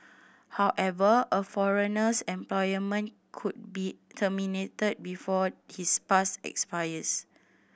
however a foreigner's employment could be terminated before his pass expires